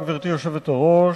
גברתי היושבת-ראש,